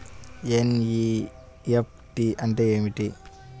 NEFT అంటే ఏమిటీ?